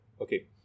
okay